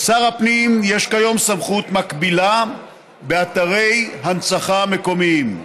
לשר הפנים יש כיום סמכות מקבילה באתרי הנצחה מקומיים.